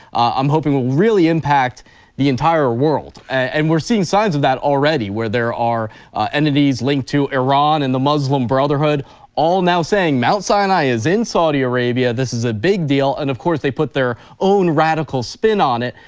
i'm hoping will really impact the entire world, and we're seeing signs of that already where there are entities linked to iran and the muslim brotherhood all now saying mount sinai is in saudi arabia. this is a big deal and of course they put their own radical spin on it,